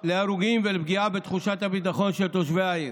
להרוגים ולפגיעה בתחושת הביטחון של תושבי העיר.